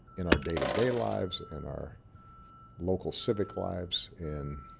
in our day-to-day lives, in our local civic lives, in